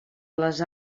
les